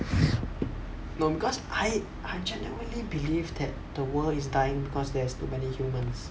no because I I genuinely believe that the world is dying because there's too many humans